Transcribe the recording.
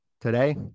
today